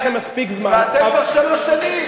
ואתם, כבר שלוש שנים.